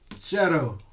shadow,